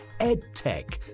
EdTech